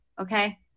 Okay